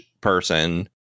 person